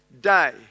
day